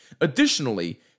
Additionally